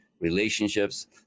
relationships